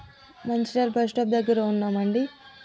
Mancherial bus stop దగ్గర ఉన్నామండి